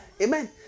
Amen